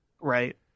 Right